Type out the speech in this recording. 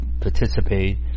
participate